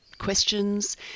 questions